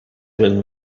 been